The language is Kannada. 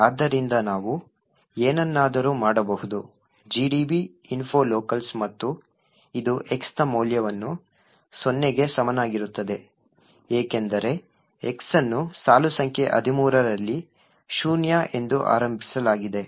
ಆದ್ದರಿಂದ ನಾವು ಏನನ್ನಾದರೂ ಮಾಡಬಹುದು gdb info locals ಮತ್ತು ಇದು x ನ ಮೌಲ್ಯವನ್ನು ಸೊನ್ನೆಗೆ ಸಮನಾಗಿರುತ್ತದೆ ಏಕೆಂದರೆ x ಅನ್ನು ಸಾಲು ಸಂಖ್ಯೆ 13 ರಲ್ಲಿ ಶೂನ್ಯ ಎಂದು ಆರಂಭಿಸಲಾಗಿದೆ